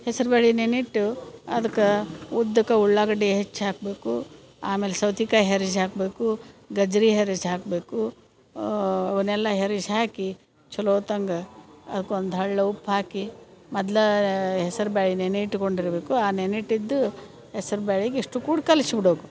ಹೆಸರು ಬ್ಯಾಳಿ ನೆನಿಟ್ಟು ಅದ್ಕಾ ಉದ್ದಕ್ಕ ಉಳ್ಳಾಗಡ್ಡಿ ಹೆಚ್ಚಿ ಹಾಕಬೇಕು ಆಮೇಲೆ ಸೌತಿಕಾಯಿ ಹೆರ್ಜ್ ಹಾಕಬೇಕು ಗಜ್ರಿ ಹೆರ್ಜ್ ಹಾಕಬೇಕು ಅವ್ನೆಲ್ಲ ಹೆರಜ್ ಹಾಕಿ ಚಲೋತ್ತಂಗ ಅದ್ಕೊಂದು ಹಳ್ ಉಪ್ಪು ಹಾಕಿ ಮೊದ್ಲಾ ಹೆಸರು ಬ್ಯಾಳಿ ನೆನಿ ಇಟ್ಕೊಂಡಿರಬೇಕು ಆ ನೆನಿಟ್ಟಿದ್ದು ಹೆಸರು ಬ್ಯಾಳಿಗೆ ಇಷ್ಟು ಕೂಡ ಕಲಿಶ್ಬಿಡಬೇಕು